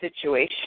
situation